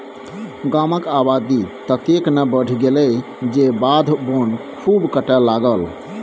गामक आबादी ततेक ने बढ़ि गेल जे बाध बोन खूब कटय लागल